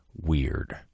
Weird